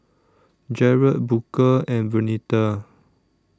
Jarett Booker and Vernita